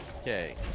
Okay